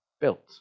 built